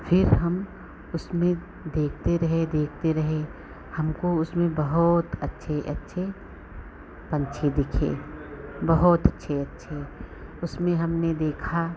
फिर हम उसमें देखते रहे देखते रहे हमको उसमें बहुत अच्छे अच्छे पक्षी दिखे बहुत अच्छे अच्छे उसमें हमने देखा